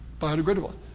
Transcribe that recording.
biodegradable